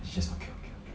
then she just okay okay okay